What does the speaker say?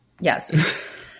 Yes